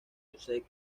josep